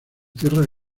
tierra